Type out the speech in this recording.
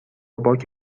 باک